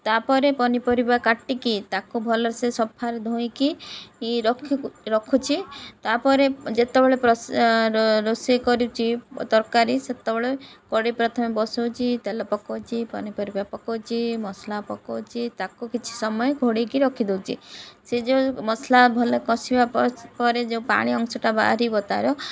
ତାପରେ ପନିପରିବା କାଟିକି ତାକୁ ଭଲସେ ସଫାରେ ଧୋଇକି ରଖୁଛି ତାପରେ ଯେତେବେଳେ ରୋଷେଇ କରୁଛି ତରକାରୀ ସେତେବେଳେ କଡ଼େଇ ପ୍ରଥମେ ବସଉଛି ତେଲ ପକଉଛି ପନିପରିବା ପକଉଛି ମସଲା ପକଉଛି ତାକୁ କିଛି ସମୟ ଘୋଡ଼େଇକି ରଖିଦଉଛି ସେ ଯେଉଁ ମସଲା ଭଲ କଷିବା ପରେ ଯେଉଁ ପାଣି ଅଂଶଟା ବାହାରିବ ତାର